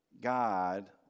God